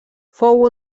fou